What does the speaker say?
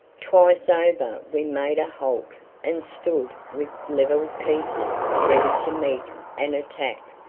twice over we made a halt and stood with levelled pieces ready to meet an attack,